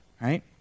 right